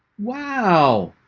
wow.